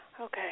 Okay